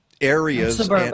areas